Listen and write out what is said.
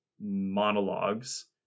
monologues